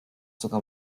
sogar